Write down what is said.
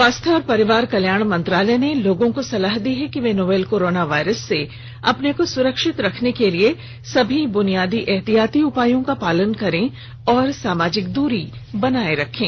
स्वास्थ्य और परिवार कल्याण मंत्रालय ने लोगों को सलाह दी है कि वे नोवल कोरोना वायरस से अपने को सुरक्षित रखने के लिए सभी बुनियादी एहतियाती उपायों का पालन करें और सामाजिक दूरी बनाए रखें